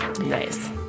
Nice